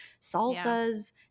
salsas